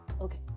Okay